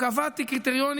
קבעתי קריטריונים